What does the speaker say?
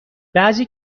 بعضی